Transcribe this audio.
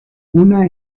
una